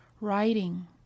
writing